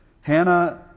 Hannah